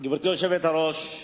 היושבת-ראש,